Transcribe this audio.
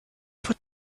put